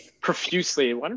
Profusely